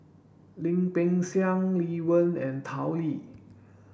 Lim Peng Siang Lee Wen and Tao Li